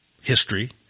history